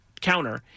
counter